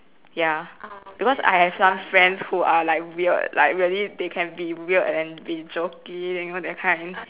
ya because I have some friends who are like weird like really they can be weird and be joking you know that kind